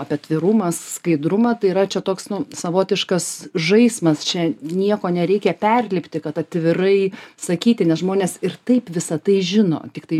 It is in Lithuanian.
apie atvirumą skaidrumą tai yra čia toks nu savotiškas žaismas čia nieko nereikia perlipti kad atvirai sakyti nes žmonės ir taip visą tai žino tiktai